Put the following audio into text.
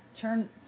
turn